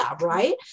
right